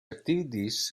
activities